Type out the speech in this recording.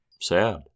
Sad